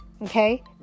okay